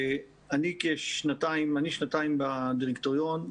אני כשנתיים בדירקטוריון.